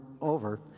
over